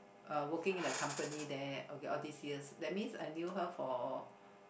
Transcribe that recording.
working in a company there okay all these years that means I knew her for